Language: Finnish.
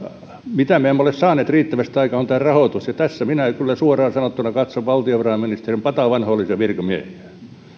mitä me emme ole saaneet riittävästi aikaan on rahoitus ja tässä minä kyllä suoraan sanottuna katson valtiovarainministeriön patavanhoillisia virkamiehiä